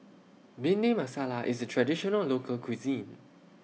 Bhindi Masala IS A Traditional Local Cuisine